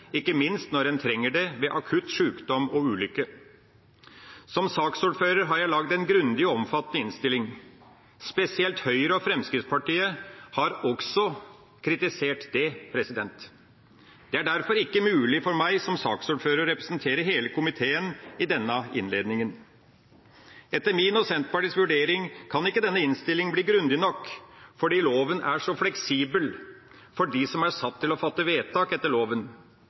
ikke minst når en trenger det ved akutt sjukdom og ulykke. Som saksordfører har jeg laget en grundig og omfattende innstilling. Spesielt Høyre og Fremskrittspartiet har også kritisert det. Det er derfor ikke mulig for meg som saksordfører å representere hele komiteen i denne innledninga. Etter min og Senterpartiets vurdering kan ikke denne innstillinga bli grundig nok fordi loven er så fleksibel for dem som er satt til å fatte vedtak etter loven.